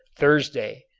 thursday.